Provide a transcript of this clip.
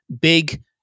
big